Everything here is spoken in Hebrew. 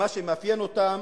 מה שמאפיין אותן